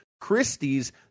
Christie's